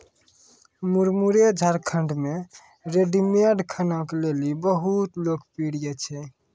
मुरमुरे झारखंड मे रेडीमेड खाना के लेली बहुत लोकप्रिय छै